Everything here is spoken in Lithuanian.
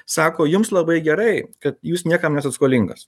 sako jums labai gerai kad jūs niekam nesat skolingas